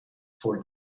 for